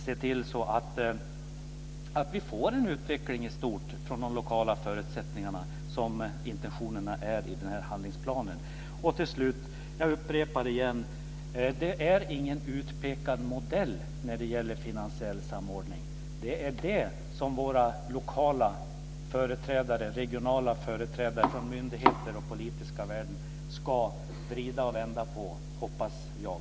Det gäller då att se till att vi får en utveckling i stort utifrån de lokala förutsättningarna i enlighet med de intentioner som finns i handlingsplanen. Till slut vill jag upprepa att det inte är någon utpekad modell när det gäller finansiell samordning. Det är detta som våra lokala och regionala företrädare, företrädare från myndigheter och från den politiska världen ska vrida och vända på, hoppas jag.